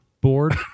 board